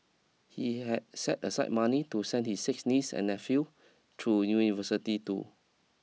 he had set aside money to send his six niece and nephew through university too